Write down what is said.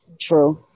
true